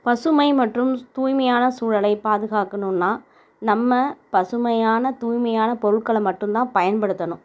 பசுமை மற்றும் தூய்மையான சூழலை பாதுகாக்கணும்னா நம்ம பசுமையான தூய்மையான பொருள்களை மட்டுந்தான் பயன்படுத்தணும்